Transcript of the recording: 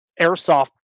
airsoft